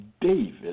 David